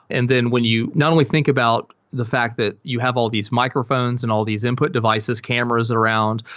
and then when you not only think about the fact that you have all these microphones and all these input devices, cameras around,